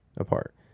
apart